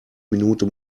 minute